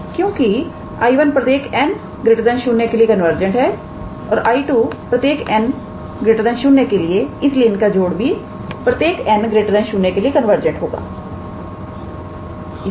क्योंकि 𝐼1 प्रत्येक 𝑛 0 के लिए कन्वर्जेंट है और 𝐼2 प्रत्येक 𝑛 0 के लिए इसलिए उनका जोड़ भी प्रत्येक 𝑛 0 के लिए कन्वर्जेंट होगा